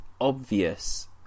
obvious